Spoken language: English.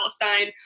Palestine